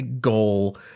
goal